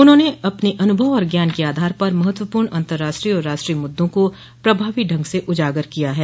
उन्होंने अपने अनुभव और ज्ञान के आधार पर महत्वपूर्ण अतर्राष्ट्रीय और राष्ट्रीय मुद्दों को प्रभावी ढंग से उजागर किया है